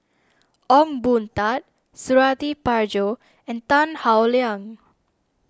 Ong Boon Tat Suradi Parjo and Tan Howe Liang